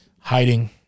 hiding